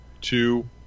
two